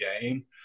game